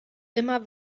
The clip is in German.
immer